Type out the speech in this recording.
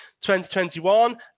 2021